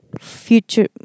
future